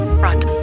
front